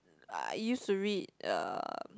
I used to read uh